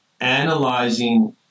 analyzing